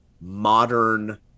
modern